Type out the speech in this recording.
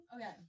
Okay